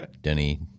Denny